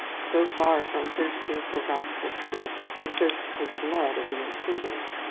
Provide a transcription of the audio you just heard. so far from thirsting for gospel truths, they thirst for the blood of the intruders.